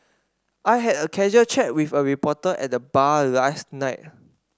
I had a casual chat with a reporter at the bar last night